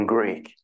Greek